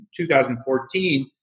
2014